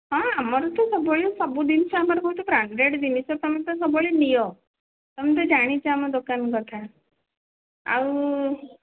ହଁ ଆମର ତ ସବୁବେଳେ ସବୁ ଜିନିଷ ଆମର ବହୁତ ବ୍ରାଣ୍ଡେଡ୍ ଜିନିଷ ତୁମେ ତ ସବୁବେଳେ ନିଅ ତୁମେ ତ ଜାଣିଛ ଆମ ଦୋକାନ କଥା ଆଉ